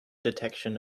detection